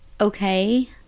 Okay